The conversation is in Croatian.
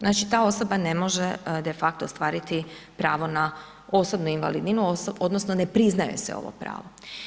Znači ta osoba ne može de facto ostvariti pravo na osobnu invalidninu odnosno ne priznaje joj se ovo pravo.